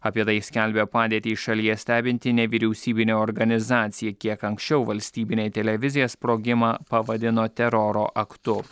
apie tai skelbia padėtį šalyje stebinti nevyriausybinė organizacija kiek anksčiau valstybinė televizija sprogimą pavadino teroro aktu